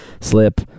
Slip